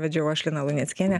vedžiau aš lina luneckienė